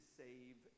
save